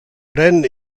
pren